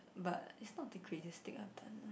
but it's not the craziest thing I have done lah